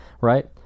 right